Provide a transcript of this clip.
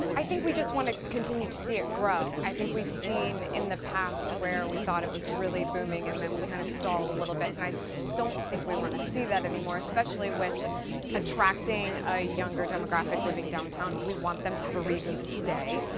i think we just want to continue to see it grow. i think we've seen, in the past, where we thought it was really booming and then we kind of stalled a little bit. and i don't think we want to see that anymore especially with attracting a younger demographic living downtown. we want them to have a reason to stay.